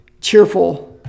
cheerful